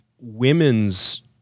women's